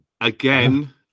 again